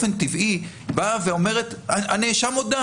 באופן טבעי באה ואומרת שהנאשם הודה,